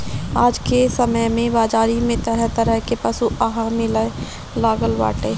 आज के समय में बाजारी में तरह तरह के पशु आहार मिले लागल बाटे